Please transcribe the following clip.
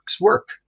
work